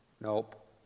Nope